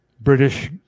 British